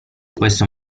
questo